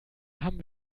haben